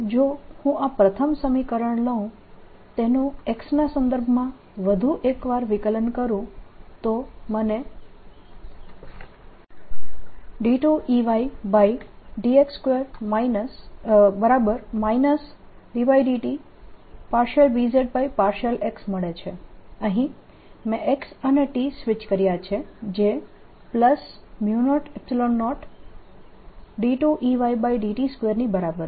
જો હું આ પ્રથમ સમીકરણ લઉં તેનું x ના સંદર્ભમાં વધુ એક વાર વિકલન કરું તો મને 2Eyx2 ∂tBz∂x મળે છે અહીં મેં x અને t સ્વિચ કર્યા છે જે 002Eyt2 ની બરાબર છે